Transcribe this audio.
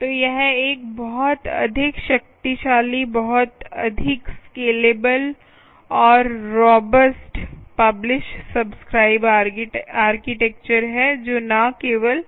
तो यह एक बहुत अधिक शक्तिशाली बहुत अधिक स्केलेबल और रोबस्ट पब्लिश सब्सक्राइब आर्किटेक्चर है जो न केवल